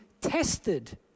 tested